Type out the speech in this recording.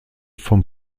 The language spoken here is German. vom